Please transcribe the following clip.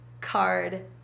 card